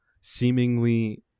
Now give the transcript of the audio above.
seemingly